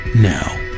Now